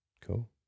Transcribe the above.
Cool